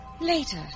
Later